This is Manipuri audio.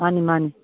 ꯃꯥꯅꯤ ꯃꯥꯅꯤ